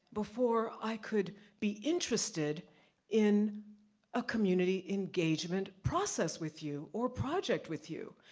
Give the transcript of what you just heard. before i could be interested in a community engagement process with you or project with you.